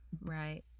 right